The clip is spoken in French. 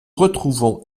retrouvons